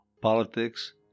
politics